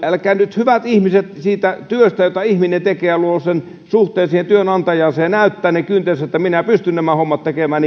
älkää nyt hyvät ihmiset aivan on varmaa että siitä työstä jota ihminen tekee ja luo sen suhteen siihen työnantajaansa ja näyttää ne kyntensä että minä pystyn nämä hommat tekemään